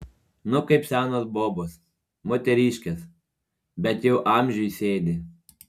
nu kaip senos bobos moteriškės bet jau amžiui sėdi